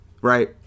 right